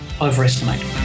overestimate